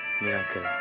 Miracle